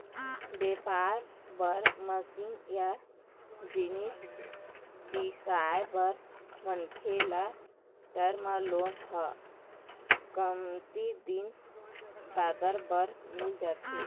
बेपार बर मसीन या जिनिस बिसाए बर मनखे ल टर्म लोन ह कमती दिन बादर बर मिल जाथे